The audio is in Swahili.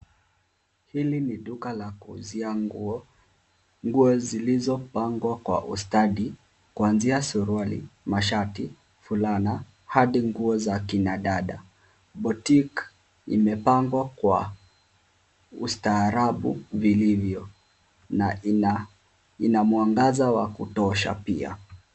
Hili ni duka la kuuzia nguo, nguo zilizopangwa kwa ustadi kuanzia suruali, mashati, fulana hadi nguo za kina dada. Botiki imepangwa kwa ustaarabu vilivyo na ina mwangaza wa kutosha pia.